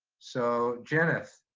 so jenith,